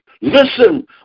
Listen